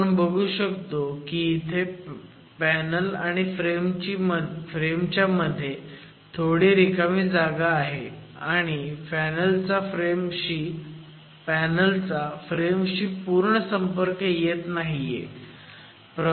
आव बघू शकतो की इथे पॅनल आणि फ्रेमची मध्ये थोडी रिकामी जागा आहे आणि पॅनल चा फ्रेमशी पूर्ण संपर्क येत नाहीये